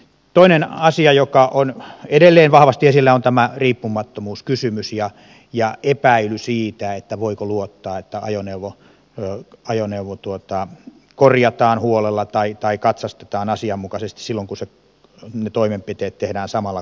toinen asia joka on edelleen vahvasti esillä on tämä riippumattomuuskysymys ja epäily siitä että voiko luottaa että ajoneuvo korjataan huolella tai katsastetaan asianmukaisesti silloin kun ne toimenpiteet tehdään samalla korjaamolla